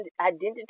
identity